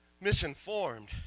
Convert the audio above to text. misinformed